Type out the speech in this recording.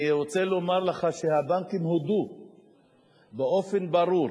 אני רוצה לומר לך שהבנקים הודו באופן ברור